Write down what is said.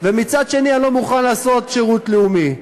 ומצד שני: אני לא מוכן לעשות שירות לאומי,